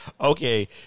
Okay